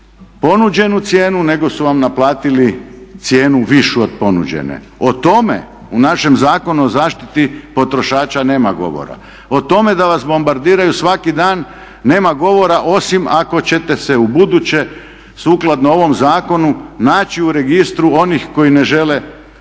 ponuđenu cijenu nego su vam naplatili cijenu višu od ponuđene. O tome u našem Zakonu o zaštiti potrošača nema govora, o tome da vas bombardiraju svaki dan nema govora osim ako ćete se ubuduće sukladno ovom zakonu naći u registru onih koji ne žele